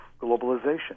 globalization